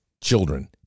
children